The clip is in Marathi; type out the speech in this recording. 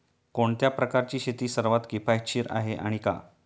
कोणत्या प्रकारची शेती सर्वात किफायतशीर आहे आणि का?